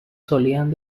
solían